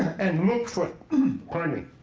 and look for pardon me.